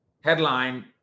headline